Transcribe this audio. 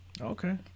Okay